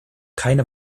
keine